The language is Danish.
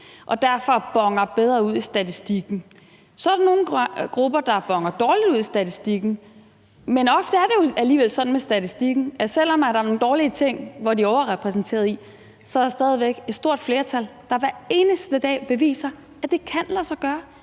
og derfor boner bedre ud i statistikken, og så er der nogle grupper, der boner dårligt ud i statistikken. Men ofte er det jo alligevel sådan med statistikken, at selv om der er nogle dårlige ting, hvor de er overrepræsenteret, så er der stadig væk et stort flertal, der hver eneste dag beviser, at det kan lade sig gøre